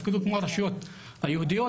הרשויות היהודיות,